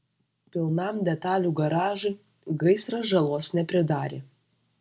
pilnam detalių garažui gaisras žalos nepridarė